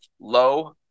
low